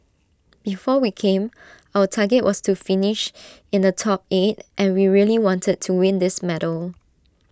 before we came our target was to finish in the top eight and we really wanted to win this medal